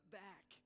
back